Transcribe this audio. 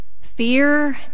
Fear